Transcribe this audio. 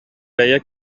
бэйэ